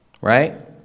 Right